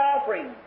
offering